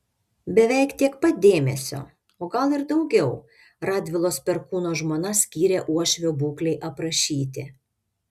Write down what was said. beveik tiek pat dėmesio o gal ir daugiau radvilos perkūno žmona skyrė uošvio būklei aprašyti